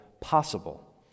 possible